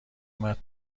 مرد